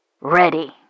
Ready